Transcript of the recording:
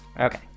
Okay